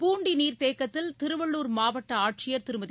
பூண்டி நீர்த்தேக்கத்தில் திருவள்ளூர் மாவட்ட ஆட்சியர் திருமதி